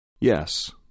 Yes